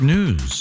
News